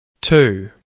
Two